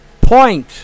point